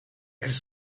elles